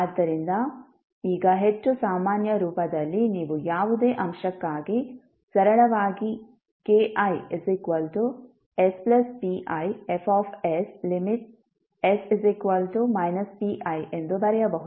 ಆದ್ದರಿಂದ ಈಗ ಹೆಚ್ಚು ಸಾಮಾನ್ಯ ರೂಪದಲ್ಲಿ ನೀವು ಯಾವುದೇ ಅಂಶಕ್ಕಾಗಿ ಸರಳವಾಗಿ kispiFs|s pi ಎಂದು ಬರೆಯಬಹುದು